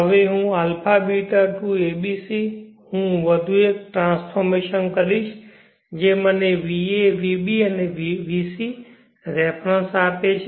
હવે αβ to abc હું એક વધુ ટ્રાન્સફોર્મેશન કરીશ જે મને va vb vc રિફેરન્સ આપે છે